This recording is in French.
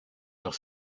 leurs